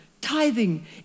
tithing